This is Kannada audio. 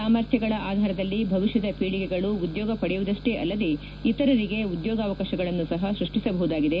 ಸಾಮರ್ಥ್ಯಗಳ ಆಧಾರದಲ್ಲಿ ಭವಿಷ್ಣದ ಪೀಳಿಗೆಗಳು ಉದ್ಲೋಗ ಪಡೆಯುವುದಷ್ಲೇ ಅಲ್ಲದೇ ಇತರರಿಗೆ ಉದ್ಲೋಗಾವಕಾಶಗಳನ್ನು ಸಪ ಸ್ಪಷ್ಷಿಸಬಹುದಾಗಿದೆ